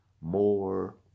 more